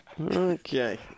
Okay